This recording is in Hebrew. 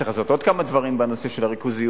צריך לעשות עוד כמה דברים בנושא של הריכוזיות,